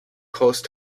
close